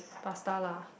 pasta lah